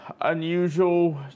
unusual